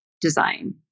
design